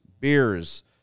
beers